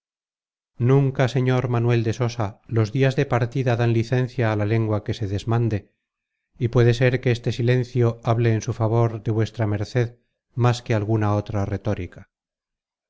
nunca señor manuel de sosa los dias de partida dan licencia á la lengua que se desmande y puede ser que este silencio hable en su favor de vuesa merced más que alguna otra retórica